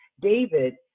David